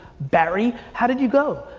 barry. how did you go?